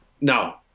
No